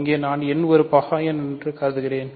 இங்கே நான் n ஒரு பகா எண் என்று கருதுகிறேன்